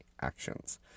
actions